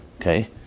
Okay